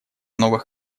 новых